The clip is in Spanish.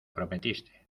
prometiste